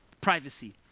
privacy